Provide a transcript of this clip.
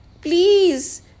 please